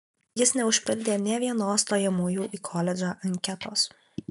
jis neužpildė nė vienos stojamųjų į koledžą anketos